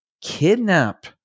kidnap